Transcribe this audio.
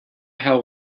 how